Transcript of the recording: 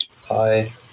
Hi